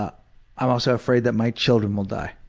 ah i'm also afraid that my children will die.